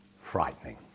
frightening